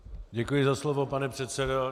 Děkuji za slovo, pane předsedo.